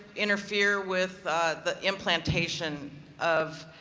interfere with the implantation of